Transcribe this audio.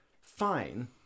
fine